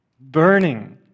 Burning